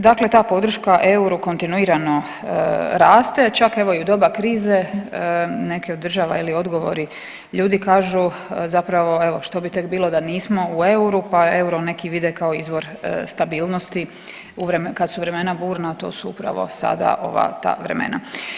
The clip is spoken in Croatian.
Dakle, ta podrška euro kontinuirano raste čak evo i u doba krize neki od država je li odgovori ljudi kažu zapravo evo što bi tek bilo da nismo u euru, pa euro neki vide kao izvor stabilnosti kad su vremena burna, a to su upravo sada ova ta vremena.